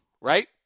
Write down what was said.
right